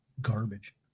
Garbage